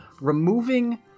removing